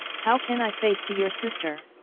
how can i face to your sister?